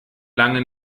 lange